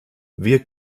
wir